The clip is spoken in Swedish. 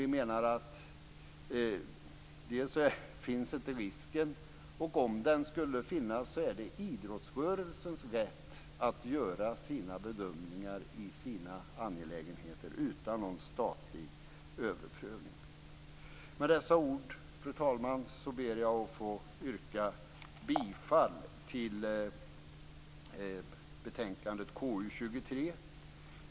Vi menar att risken inte finns och om den skulle finnas är det idrottsrörelsens rätt att göra sina bedömningar i sina angelägenheter utan någon statlig överprövning. Med dessa ord, fru talman, ber jag att få yrka bifall till utskottets hemställan i betänkandet KU23.